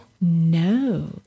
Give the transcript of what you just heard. No